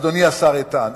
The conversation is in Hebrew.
אדוני השר איתן,